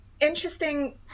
interesting